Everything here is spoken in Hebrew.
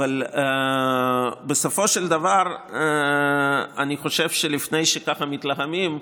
אבל בסופו של דבר אני חושב שלפני שככה מתלהמים,